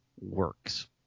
works